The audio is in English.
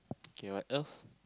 K what else